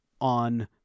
on